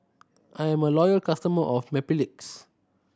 I'm a loyal customer of Mepilex